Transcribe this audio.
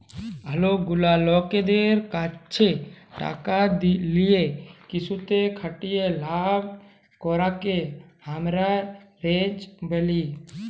অলেক গুলা লকদের ক্যাছে টাকা লিয়ে কিসুতে খাটিয়ে লাভ করাককে হামরা হেজ ব্যলি